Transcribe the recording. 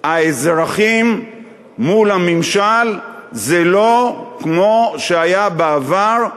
האזרחים מול הממשל זה לא כמו שהיה בעבר,